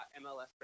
MLS